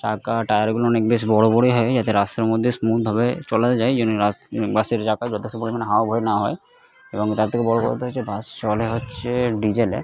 চাকা টায়ারগুলো অনেক বেশ বড়ো বড়োই হয় যাতে রাস্তার মধ্যে স্মুথভাবে চলা যায় যেন বাসের চাকার যথেষ্ট পরিমাণ হাওয়া ভরে নেওয়া হয় এবং তার থেকে বড়ো কথা হচ্ছে বাস চলে হচ্ছে ডিজেলে